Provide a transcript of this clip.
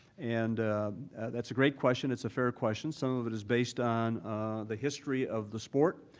and that's a great question. it's a fair question. some of it is based on the history of the sport.